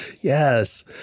Yes